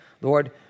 Lord